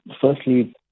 firstly